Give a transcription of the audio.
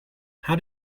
how